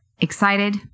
excited